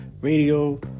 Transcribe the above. radio